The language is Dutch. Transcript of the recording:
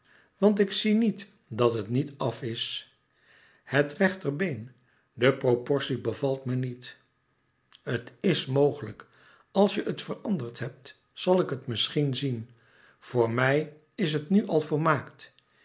want ik zie niet dat het niet af is het rechterbeen de proportie bevalt me niet het is mogelijk als je het veranderd hebt zal ik het misschien zien voor mij is het nu al volmaakt